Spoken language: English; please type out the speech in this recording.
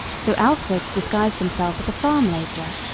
so alfred disguised himself as a farm labourer,